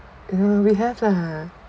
we have lah